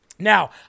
Now